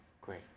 Great